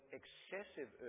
excessive